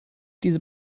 diese